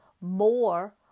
more